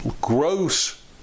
gross